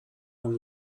اون